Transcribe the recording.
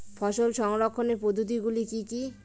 ফসল সংরক্ষণের পদ্ধতিগুলি কি কি?